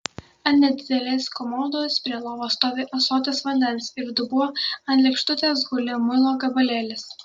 ant nedidelės komodos prie lovos stovi ąsotis vandens ir dubuo ant lėkštutės guli muilo gabalėlis